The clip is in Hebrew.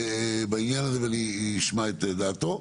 בעניין הזה, ואני אשמע את דעתו.